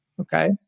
Okay